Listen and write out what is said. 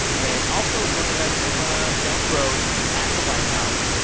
and also joining us from down the road at the white house,